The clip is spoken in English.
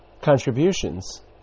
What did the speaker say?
contributions